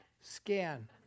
scan